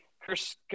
chris